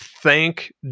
thank